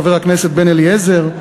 חבר הכנסת בן-אליעזר,